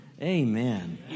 Amen